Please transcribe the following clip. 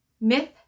Myth